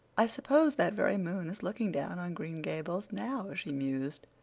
i suppose that very moon is looking down on green gables now, she mused.